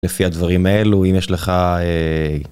לפי הדברים האלו, אם יש לך...